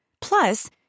Plus